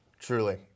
Truly